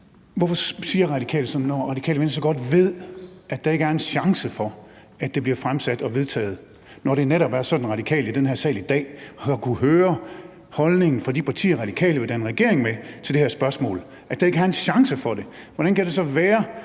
Hvorfor siger Radikale Venstre sådan, når Radikale Venstre godt ved, at der ikke er en chance for, at det bliver fremsat og vedtaget, når det netop er sådan, at de i den her sal i dag har kunnet høre holdningen hos de partier, de vil danne regering med, til det her spørgsmål, altså at der ikke er en chance for det? Hvordan kan det så være,